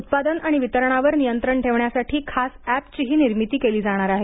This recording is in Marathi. उत्पादन आणि वितरणावर नियंत्रण ठेवण्यासाठी खास अॅपची निर्मितीही केली जाणार आहे